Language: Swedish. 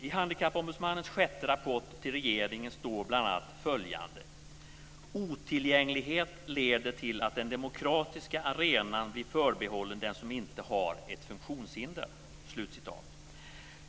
I Handikappombudsmannens sjätte rapport till regeringen står bl.a. följande: "Otillgänglighet leder till att den demokratiska arenan blir förbehållen den som inte har ett funktionshinder."